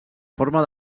forma